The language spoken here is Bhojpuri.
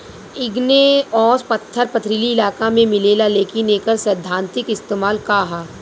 इग्नेऔस पत्थर पथरीली इलाका में मिलेला लेकिन एकर सैद्धांतिक इस्तेमाल का ह?